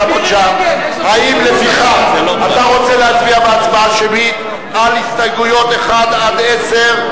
האם לפיכך אתה רוצה להצביע בהצבעה שמית על הסתייגויות 1 10,